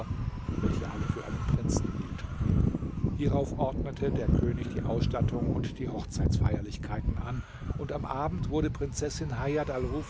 welche alle für einen prinzen hielten hierauf ordnete der könig die ausstattung und die hochzeitsfeierlichkeiten an und am abend wurde prinzessin